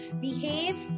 behave